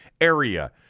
area